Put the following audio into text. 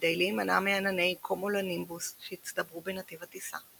כדי להימנע מענני קומולונימבוס שהצטברו בנתיב הטיסה,